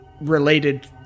related